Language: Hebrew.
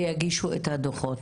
ויגישו את הדוחות.